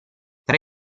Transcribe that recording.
tra